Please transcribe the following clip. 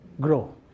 grow